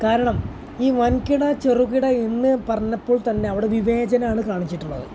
കാരണം ഈ വൻകിട ചെറുകിട എന്നു പറഞ്ഞപ്പോൾ തന്നെ അവിടെ വിവേചനമാണ് കാണിച്ചിട്ടുള്ളത്